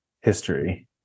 history